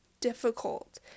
difficult